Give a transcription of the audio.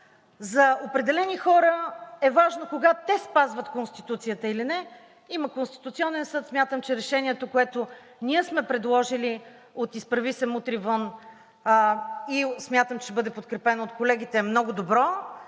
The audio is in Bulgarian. за определени хора е важно кога те спазват Конституцията или не. Има Конституционен съд. Смятам, че решението, което сме предложили от „Изправи се! Мутри вън!“, ще бъде подкрепено от колегите и е много добро.